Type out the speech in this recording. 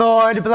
Lord